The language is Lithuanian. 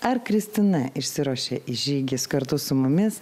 ar kristina išsiruošė į žygį kartu su mumis